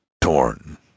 torn